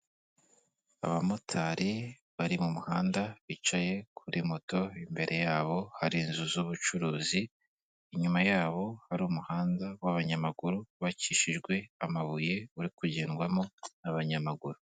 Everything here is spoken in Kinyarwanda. Abamotari bari mu muhanda bicaye kuri moto, imbere yabo hari inzu z'ubucuruzi inyuma yabo hari umuhanda w'abanyamaguru wubakishijwe amabuye uri kugendwamo n'abanyamaguru.